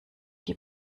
die